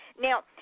Now